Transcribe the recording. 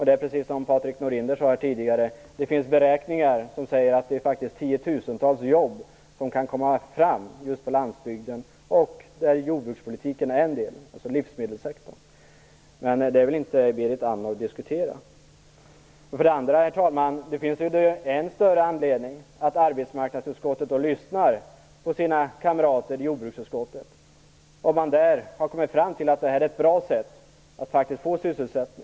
Det är precis om Patrik Norinder sade här tidigare. Det finns beräkningar som säger att det faktiskt är tiotusentals jobb som kan komma fram just på landsbygden. Där är jordbrukspolitiken, alltså livsmedelkssektorn, en del. Det vill inte Berit Andnor diskutera. Dessutom, herr talman, finns det ju då än större anledning att arbetsmarknadsutskottet lyssnar på sina kamrater i jordbruksutskottet. Där har man kommit fram till att detta är ett bra sätt att få sysselsättning.